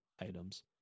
items